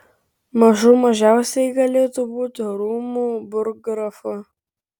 mažų mažiausiai galėtų būti rūmų burggrafu